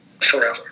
forever